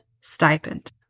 stipend